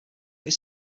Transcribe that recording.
its